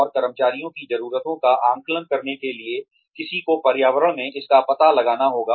और कर्मचारियों की ज़रूरतों का आकलन करने के लिए किसी को पर्यावरण में इसका पता लगाना होगा